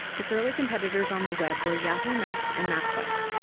its early competitors on the web were yahoo! maps and mapquest,